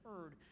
heard